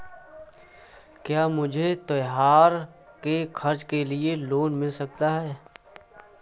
क्या मुझे त्योहार के खर्च के लिए लोन मिल सकता है?